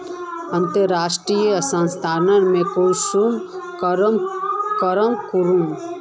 अंतर्राष्टीय स्थानंतरण कुंसम करे करूम?